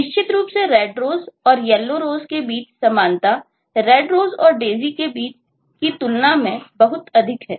निश्चित रूप से Red Roseऔर Yellow Rose के बीच समानता Red Rose और Daisy के बीच की तुलना में बहुत अधिक है